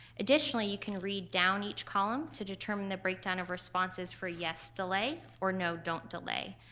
additionally, you can read down each column to determine the breakdown of responses for yes delay, or no don't delay.